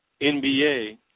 NBA